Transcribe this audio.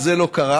וזה לא קרה;